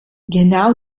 genau